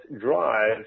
drive